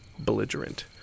Belligerent